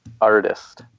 artist